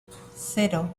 cero